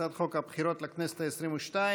הצעת חוק הבחירות לכנסת העשרים-ושתיים